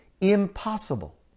impossible